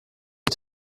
die